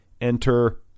enter